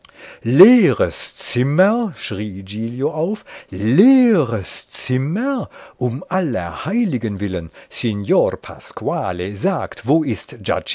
leeres zimmer schrie giglio auf leeres zimmer um aller heiligen willen signor pasquale sagt wo ist